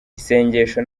isengesho